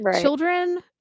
Children